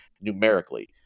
numerically